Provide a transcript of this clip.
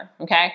Okay